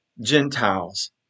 Gentiles